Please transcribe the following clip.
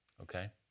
okay